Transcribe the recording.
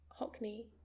Hockney